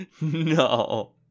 No